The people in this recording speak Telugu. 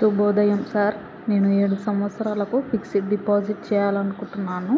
శుభోదయం సార్ నేను ఏడు సంవత్సరాలకు ఫిక్సిడ్ డిపాజిట్ చేయాలనుకుంటున్నాను